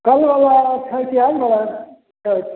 कलवाला छै कि आजवाला छै